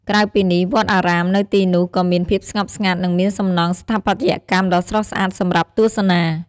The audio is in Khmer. ក្រៅពីនេះ វត្តអារាមនៅទីនោះក៏មានភាពស្ងប់ស្ងាត់ និងមានសំណង់ស្ថាបត្យកម្មដ៏ស្រស់ស្អាតសម្រាប់ទស្សនា។